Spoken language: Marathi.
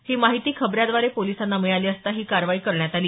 ही माहिती खबऱ्या द्वारे पोलिसांना मिळाली असता ही कारवाई करण्यात आली